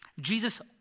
Jesus